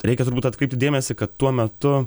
reikia turbūt atkreipti dėmesį kad tuo metu